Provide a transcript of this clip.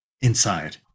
inside